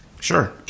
Sure